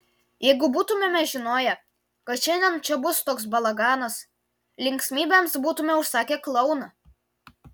jeigu būtumėme žinoję kad šiandien čia bus toks balaganas linksmybėms būtumėme užsakę klouną